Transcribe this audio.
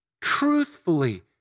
truthfully